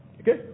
Okay